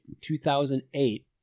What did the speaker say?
2008